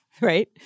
right